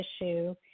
issue